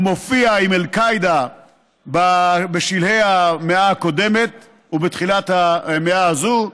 הוא מופיע עם אל-קאעידה בשלהי המאה הקודמת ובתחילת המאה הזאת,